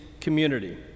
community